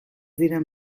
diren